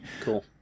Cool